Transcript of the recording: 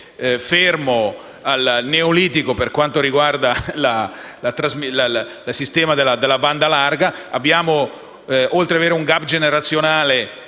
fermo al neolitico per quanto riguarda il sistema della banda larga. Oltre ad avere un *gap* generazionale